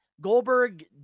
Goldberg